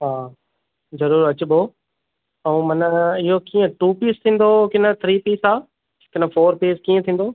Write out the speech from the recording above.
हा ज़रूर अचिबो ऐं माना इहो कीअं टू पीस थींदो की न थ्री पीस आहे की न फोर पीस कीअं थींदो